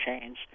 change